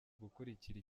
gukurikira